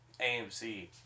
AMC